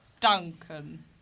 Duncan